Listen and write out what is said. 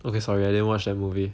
okay sorry I didn't watch the movie